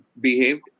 behaved